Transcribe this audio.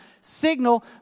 signal